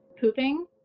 pooping